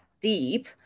deep